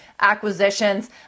acquisitions